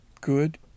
Good